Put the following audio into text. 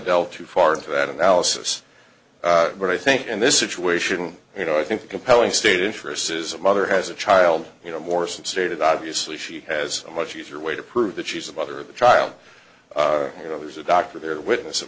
delve too far into that analysis but i think in this situation you know i think a compelling state interest says a mother has a child you know morse and stated obviously she has a much easier way to prove that she's the mother of the child you know there's a doctor there are witness